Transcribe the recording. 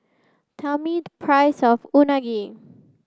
tell me the price of Unagi